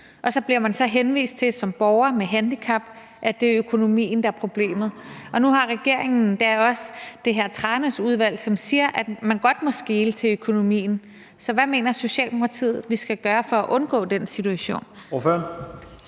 Så bliver man som borger med handicap henvist til, at det er økonomien, der er problemet. Nu har regeringen endda også det her Tranæsudvalg, som siger, at man godt må skele til økonomien. Så hvad mener Socialdemokratiet vi skal gøre for at undgå den situation?